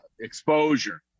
exposure